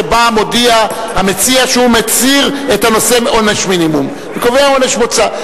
שבה המציע מודיע שהוא מסיר את הנושא של עונש מינימום וקובע עונש מוצא.